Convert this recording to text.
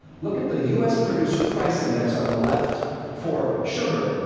look at the us producer price index on the left for sugar.